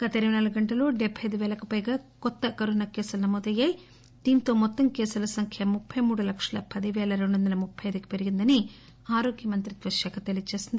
గత ఇరవై నాలుగు గంటల్లో డెబ్బె అయిదు పేలకు పైగా కరోనా కొత్త కేసులు నమోదయ్యాయని దీంతో మొత్తం కేసుల సంఖ్య ముప్పై మూడు లక్షల పదిపేల రెండువందల ముప్పై అయిదు కి పెరిగిందని ఆరోగ్య మంత్రిత్వ శాఖ తెలియచేసింది